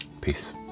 Peace